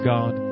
God